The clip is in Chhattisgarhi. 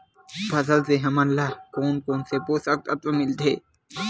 फसल से हमन ला कोन कोन से पोषक तत्व मिलथे?